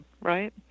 right